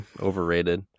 overrated